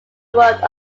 world